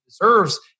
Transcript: deserves